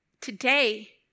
Today